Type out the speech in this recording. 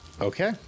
Okay